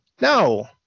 No